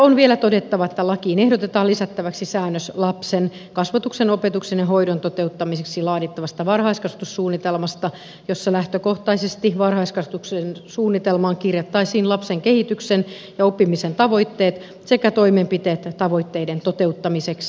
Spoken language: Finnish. on vielä todettava että lakiin ehdotetaan lisättäväksi säännös lapsen kasvatuksen opetuksen ja hoidon toteuttamiseksi laadittavasta varhaiskasvatussuunnitelmasta jossa lähtökohtaisesti varhaiskasvatuksen suunnitelmaan kirjattaisiin lapsen kehityksen ja oppimisen tavoitteet sekä toimenpiteet tavoitteiden toteuttamiseksi